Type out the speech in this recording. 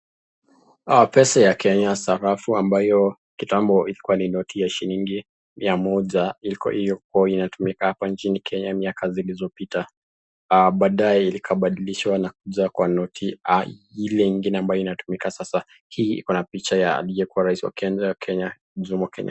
Pesa ya Kenya sarafu ambayo kitambo ilikuwa ni noti ya shilingi mia moja iliyokuwa inatumika hapa nchini Kenya miaka zilizopita, baadaye likabadilishwa na kuja kwa noti ile ambayo inatumika sasa. Hii ina picha ya aliyekuwa rais wa kwanza wa Kenya Jomo Kenyatta.